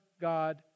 God